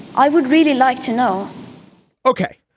i would really like to know ok,